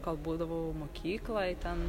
kol būdavau mokykloj ten